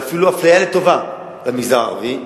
ואפילו אפליה לטובה במגזר הערבי,